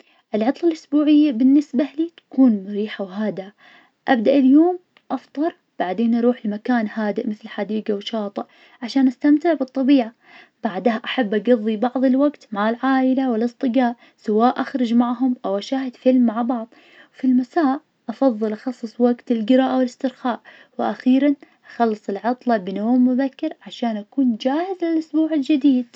العطل الأسبوعية بالنسبة لي تكون مريحة وهادئة, ابدأ اليوم أفطر, بعدين أروح لمكان هادئ مثل حديقة أو شاطئ, عشان استمتع بالطبيعة, بعدها أحب أقضي بعض الوقت مع العائلة والأصدقاء, سواء اخرج معهم أو أشاهد فيلم مع بعض, في المساء, أفضل أخصص وقت للقراءة والاسترخاء, وأخيراً اخلص العطلة بنوم مبكر, عشان أكون جاهزة للأسبوع الجديد.